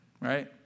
right